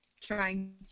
trying